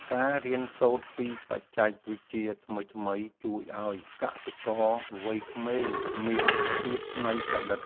ការរៀនសូត្រពីបច្ចេកវិទ្យាថ្មីៗ ជួយឱ្យកសិករវ័យក្មេងមានភាពច្នៃប្រឌិត។